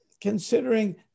considering